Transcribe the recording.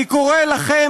אני קורא לכם,